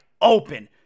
open